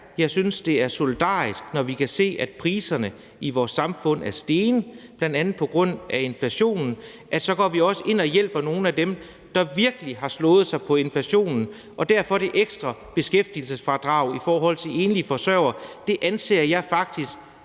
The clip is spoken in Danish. Jeg synes også, det er solidarisk, når vi kan se, at priserne i vores samfund er steget, bl.a. på grund af inflationen, at vi så går ind og hjælper nogle af dem, der virkelig har slået sig på inflationen. Derfor anser jeg faktisk også det ekstra beskæftigelsesfradrag i forhold til enlige forsørgere som god og solidarisk